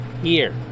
year